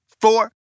four